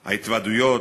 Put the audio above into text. ההתוועדויות,